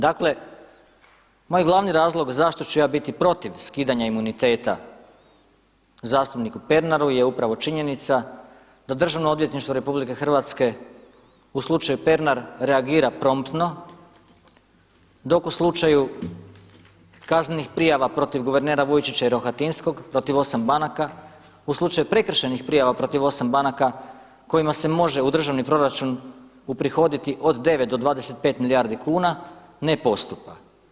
Dakle, moj glavni razlog zašto ću ja biti protiv skidanja imuniteta zastupniku Pernaru je upravo činjenica da Državno odvjetništvo RH u slučaju Pernar reagira promptno dok u slučaju kaznenih prijava protiv guvernera Vujčića i Rohatinskog, protiv 8 banaka, u slučaju prekršajnih prijava protiv 8 banaka kojima se može u državni proračun uprihoditi od 9 do 25 milijardi kuna ne postupa.